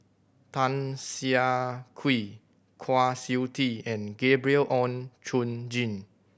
Tan Siah Kwee Kwa Siew Tee and Gabriel Oon Chong Jin